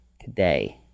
today